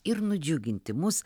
ir nudžiuginti mus